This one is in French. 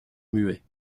muets